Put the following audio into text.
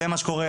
זה מה שקורה.